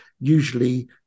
usually